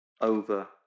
over